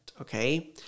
okay